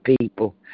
people